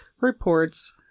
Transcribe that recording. reports